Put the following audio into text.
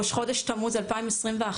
ראש חודש תמוז 2021,